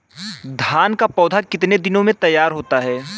धान का पौधा कितने दिनों में तैयार होता है?